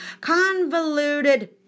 convoluted